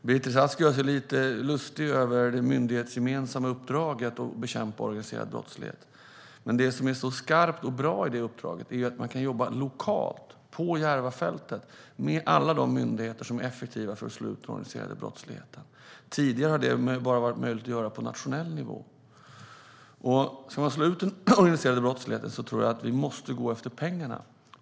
Beatrice Ask gör sig lite lustig över det myndighetsgemensamma uppdraget att bekämpa organiserad brottslighet. Men det som är skarpt och bra i det uppdraget är att man kan jobba lokalt på Järvafältet med alla de myndigheter som är effektiva för att slå ut den organiserade brottsligheten. Tidigare har det bara varit möjligt att göra på nationell nivå. Om vi ska slå ut den organiserade brottsligheten måste vi gå efter pengarna.